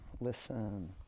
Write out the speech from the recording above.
listen